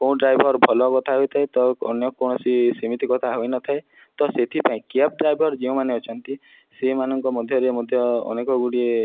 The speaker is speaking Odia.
କେଉଁ ଡ୍ରାଇଭର୍ ଭଲ କଥା ହୋଇଥାଏ ତ ଅନ୍ୟ କୌଣସି ସେମିତି କଥା ହୋଇ ନ ଥାଏ ତ ସେଥିପାଇଁ କ୍ୟାବ୍ ଡ୍ରାଇଭର୍ ଯେଉଁମାନେ ଅଛନ୍ତି ସେଇମାନଙ୍କ ମଧ୍ୟରେ ମଧ୍ୟ ଅନେକ ଗୁଡ଼ିଏ